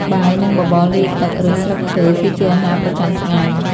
បាយ និងបបរលាយទឹក ឬស្លឹកឈើគឺជាអាហារប្រចាំថ្ងៃ។